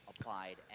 applied